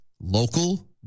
local